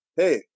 hey